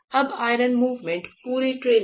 जब iron movement पूरी training